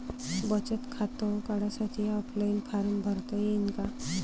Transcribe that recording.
बचत खातं काढासाठी ऑफलाईन फारम भरता येईन का?